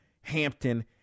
Hampton